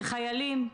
כחיילים,